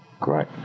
Great